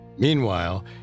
Meanwhile